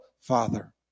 Father